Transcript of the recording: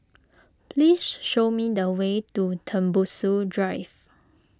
please show me the way to Tembusu Drive